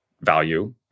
value